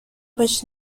بهش